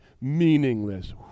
meaningless